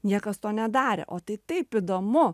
niekas to nedarė o tai taip įdomu